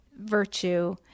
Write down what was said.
virtue